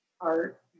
art